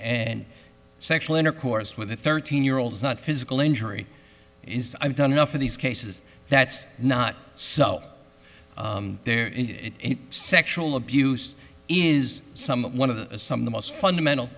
and sexual intercourse with a thirteen year old is not physical injury is done enough in these cases that's not so their sexual abuse is some one of the some of the most fundamental